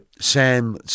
Sam